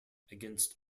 against